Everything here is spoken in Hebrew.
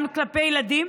גם כלפי ילדים.